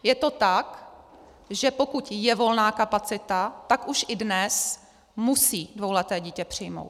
Je to tak, že pokud je volná kapacita, tak už i dnes musí dvouleté dítě přijmout.